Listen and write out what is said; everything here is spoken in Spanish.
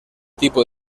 tipo